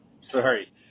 Sorry